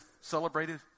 celebrated